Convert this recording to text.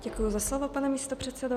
Děkuji za slovo, pane místopředsedo.